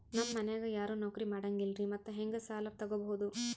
ನಮ್ ಮನ್ಯಾಗ ಯಾರೂ ನೌಕ್ರಿ ಮಾಡಂಗಿಲ್ಲ್ರಿ ಮತ್ತೆಹೆಂಗ ಸಾಲಾ ತೊಗೊಬೌದು?